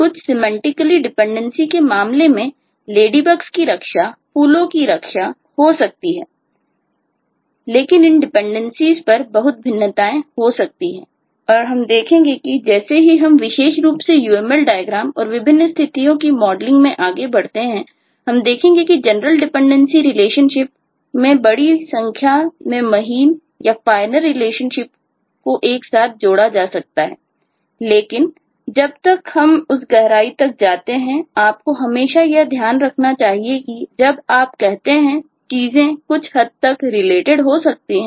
कुछ semantically dependency डालते हैं और इसे आरेख में दर्शाते हैं